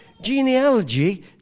genealogy